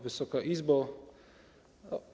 Wysoka Izbo!